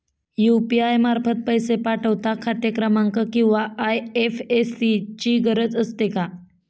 UPI मार्फत पैसे पाठवता खाते क्रमांक किंवा आय.एफ.एस.सी ची गरज असते का?